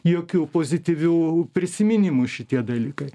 jokių pozityvių prisiminimų šitie dalykai